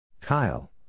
Kyle